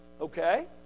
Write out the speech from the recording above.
okay